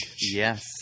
Yes